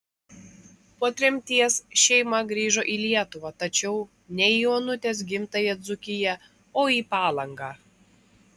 po tremties šeima grįžo į lietuvą tačiau ne į onutės gimtąją dzūkiją o į palangą